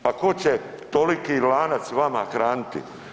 Pa tko će toliki lanac vama hraniti?